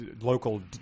local